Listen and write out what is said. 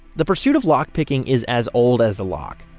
the pursuit of lock picking is as old as the lock,